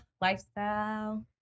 lifestyle